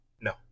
No